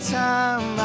time